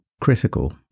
critical